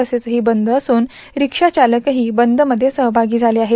बसेसक्वी वंद असून रिक्षा चालकही बंदमध्ये सहभागी झाले आहेत